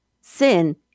sin